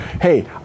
Hey